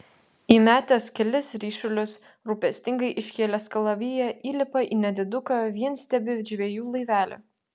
įmetęs kelis ryšulius rūpestingai iškėlęs kalaviją įlipa į nediduką vienstiebį žvejų laivelį